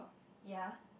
ya